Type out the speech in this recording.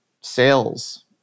sales